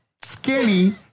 skinny